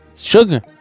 Sugar